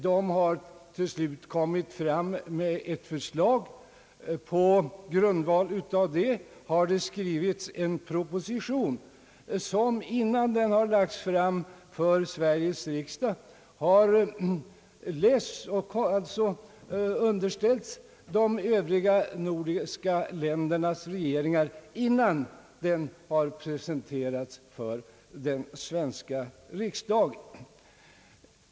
Man har till slut kommit med ett förslag, och på grundval därav har det skrivits en proposition som, innan den har lagts fram för Sveriges riksdag, underställts de övriga nordiska ländernas regeringar.